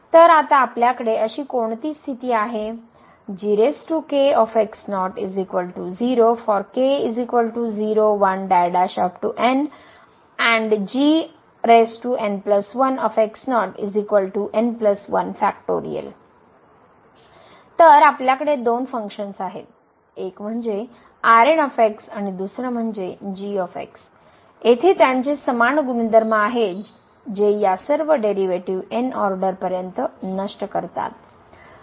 तर आता आपल्याकडे अशी कोणती स्थिती आहे तर आपल्याकडे दोन फंक्शन्स आहेत एक म्हणजे आणि दुसरे म्हणजे येथे त्यांचे समान गुणधर्म आहेत जे या सर्व डेरीवेटीव nऑर्डर पर्यंत नष्ट करतात